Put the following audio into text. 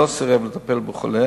לא סירב לטפל בחולה